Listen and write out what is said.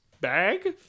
bag